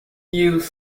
youth